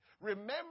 Remember